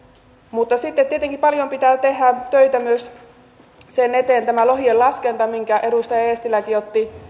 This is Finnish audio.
mutta sitten tietenkin paljon pitää tehdä töitä myös tämän lohienlaskennan eteen minkä edustaja eestiläkin otti